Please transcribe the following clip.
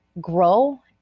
grow